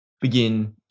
begin